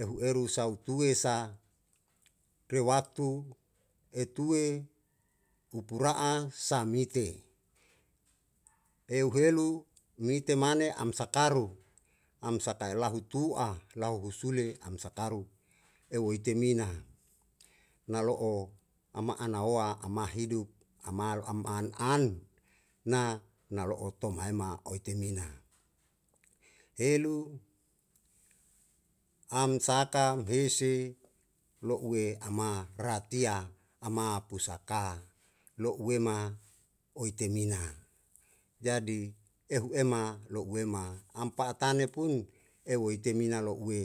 ehu eru sau tue sa rewaktu etue upura'a samite eu helu mite mane am sakaru am saka ela hutu'a lau husule am sakaru eu etemina na lo'o ama' nawoa ama hidup amal am an an na nalo'o tomhae ma oetemina helu am saka uhese lo'ue ama ratiya ama pusaka lo'ue ma oetemina, jadi ehu ema lo'ue ma am pa'atane pun eu etemina lo'ue.